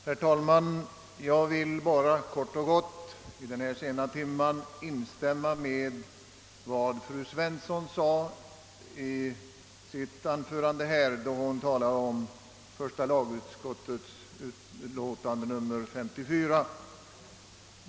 Herr talman! I stort sett kan jag vid denna sena timma inskränka mig till att instämma i vad fru Svensson sagt beträffande första lagutskottets utlåtande nr 54.